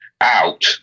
out